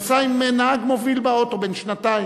נסע עם נהג מוביל באוטו, בן שנתיים.